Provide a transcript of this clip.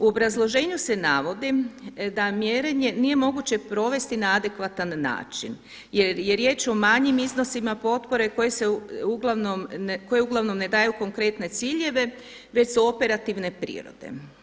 U obrazloženju se navodi da mjerenje nije moguće provesti na adekvatan način jer je riječ o manjim iznosima potpore koji uglavnom ne daju konkretne ciljeve već su operativne prirode.